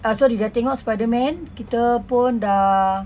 ah sorry dah tengok spiderman kita pun dah